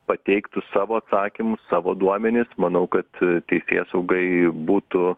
pateiktų savo atsakymus savo duomenis manau kad teisėsaugai būtų